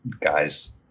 guys